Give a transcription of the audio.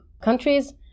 countries